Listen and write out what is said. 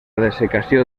dessecació